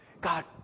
God